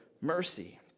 mercy